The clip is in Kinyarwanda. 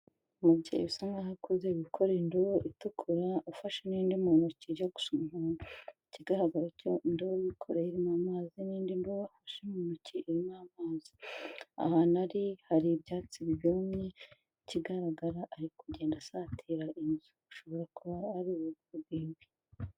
Umubyeyi usa nkaho akuze wikoreye indobo itukura, ufashe n'indi mu ntoki ijya gusa umuhondo. Ikigaragara cyo indobo yikoreye irimo amazi n'indi ndobo afashe mu ntoki irimo amazi. Ahantu ari hari ibyatsi byumye, ikigaragara ari kugenda asatira inzu. Ashobora kuba ari urugo rwiwe.